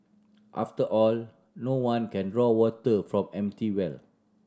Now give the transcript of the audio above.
after all no one can draw water from an empty well